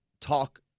talk